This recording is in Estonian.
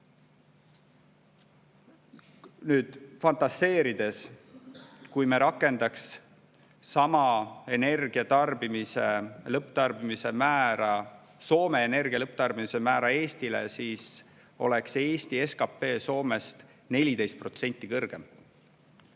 Nüüd, fantaseerides, kui me rakendaksime sama energia lõpptarbimise määra, Soome energia lõpptarbimise määra Eestile, siis oleks Eesti SKT Soome omast 14% kõrgem.